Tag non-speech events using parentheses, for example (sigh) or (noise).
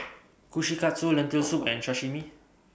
(noise) Kushikatsu Lentil Soup and Sashimi